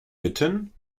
bitten